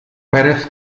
pérez